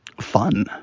fun